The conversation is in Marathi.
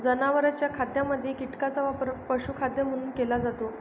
जनावरांच्या खाद्यामध्ये कीटकांचा वापर पशुखाद्य म्हणून केला जातो